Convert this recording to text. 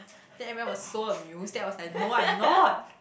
then everyone was so amuse then I was like no I'm not